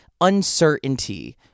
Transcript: uncertainty